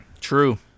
true